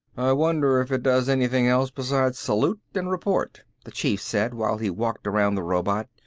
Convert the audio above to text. i wonder if it does anything else beside salute and report, the chief said while he walked around the robot,